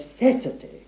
necessity